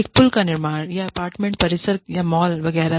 एक पुल का निर्माण या अपार्टमेंट परिसर या मॉल वगैरह